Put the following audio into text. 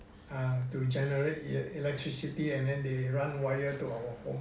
to generate electricity and then they they run wire to our home